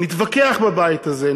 נתווכח בבית הזה,